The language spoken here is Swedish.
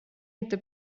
inte